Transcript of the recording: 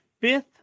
fifth